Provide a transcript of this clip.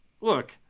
look